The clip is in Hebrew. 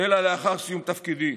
אלא לאחר סיום תפקידי,